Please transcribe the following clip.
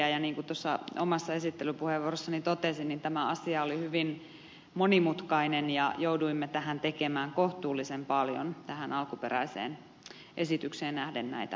niin kuin tuossa omassa esittelypuheenvuorossani totesin tämä asia oli hyvin monimutkainen ja jouduimme tähän tekemään kohtuullisen paljon alkuperäiseen esitykseen nähden näitä muutoksia